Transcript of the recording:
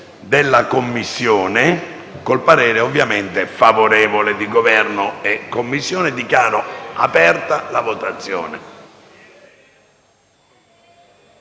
Grazie,